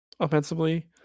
Offensively